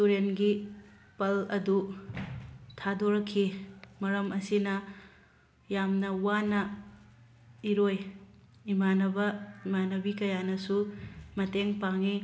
ꯇꯨꯔꯦꯟꯒꯤ ꯄꯜ ꯑꯗꯨ ꯊꯥꯗꯣꯔꯛꯈꯤ ꯃꯔꯝ ꯑꯁꯤꯅ ꯌꯥꯝꯅ ꯋꯥꯅ ꯏꯔꯣꯏ ꯏꯃꯥꯟꯅꯕ ꯏꯃꯥꯟꯅꯕꯤ ꯀꯌꯥꯅꯁꯨ ꯃꯇꯦꯡ ꯄꯥꯡꯉꯤ